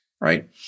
right